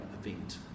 event